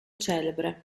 celebre